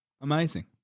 amazing